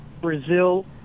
Brazil